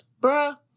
Bruh